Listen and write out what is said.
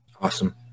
Awesome